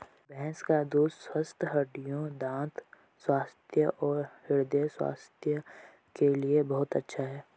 भैंस का दूध स्वस्थ हड्डियों, दंत स्वास्थ्य और हृदय स्वास्थ्य के लिए बहुत अच्छा है